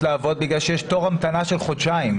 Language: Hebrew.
לעבוד כי יש תור המתנה של חודשיים.